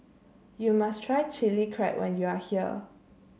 you must try Chilli Crab when you are here